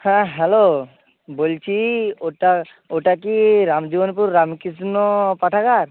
হ্যাঁ হ্যালো বলছি ওটা ওটা কি রামজীবনপুর রামকৃষ্ণ পাঠাগার